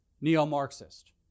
neo-Marxist